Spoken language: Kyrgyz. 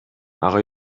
ага